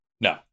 No